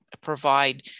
provide